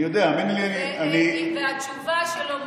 אני יודע, האמיני לי אני, והתשובה של: